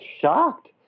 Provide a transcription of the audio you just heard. shocked